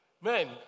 Men